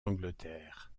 d’angleterre